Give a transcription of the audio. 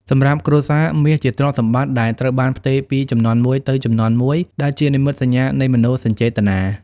សម្រាប់គ្រួសារ មាសជាទ្រព្យសម្បត្តិដែលត្រូវបានផ្ទេរពីជំនាន់មួយទៅជំនាន់មួយ ដែលជានិមិត្តសញ្ញានៃមនោសញ្ចេតនា។